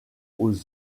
aux